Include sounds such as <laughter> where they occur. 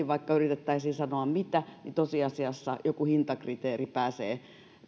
<unintelligible> vaikka yritettäisiin sanoa mitä tosiasiassa joku hintakriteeri pääsee